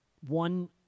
one